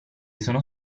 sono